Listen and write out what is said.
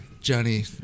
Johnny